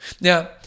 Now